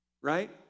right